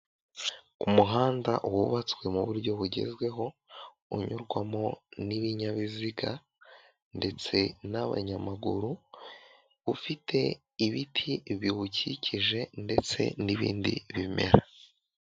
Umuhanda wubatswe mu buryo bugezweho, unyurwamo n'ibinyabiziga ndetse n'abanyamaguru, ufite ibiti biwukikije ndetse n'ibindi bimera.